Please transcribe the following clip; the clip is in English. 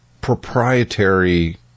proprietary